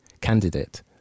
candidate